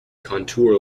contour